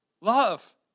Love